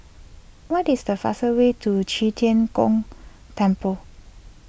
what is the faster way to Qi Tian Gong Temple